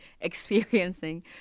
experiencing